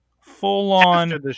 Full-on